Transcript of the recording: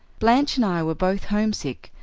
blanche and i were both homesick,